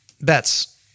Bets